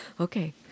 Okay